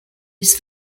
his